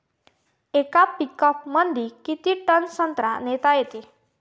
येका पिकअपमंदी किती टन संत्रा नेता येते?